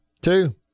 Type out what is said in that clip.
Two